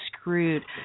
screwed